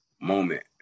moment